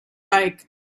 bike